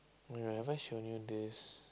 uh have I shown you this